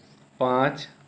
पाँच